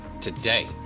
today